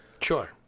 Sure